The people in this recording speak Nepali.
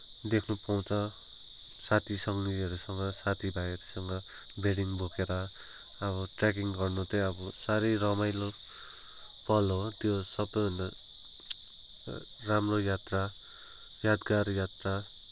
देख्नपाउँछ साथी सङ्गीहरूसँग साथीभाइहरूसँग बेडिङ बोकेर अब ट्रेकिङ गर्न चाहिँ अब साह्रै रमाइलो पल हो त्यो सबैभन्दा राम्रो यात्रा यादगार यात्रा